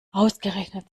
ausgerechnet